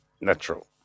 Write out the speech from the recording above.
natural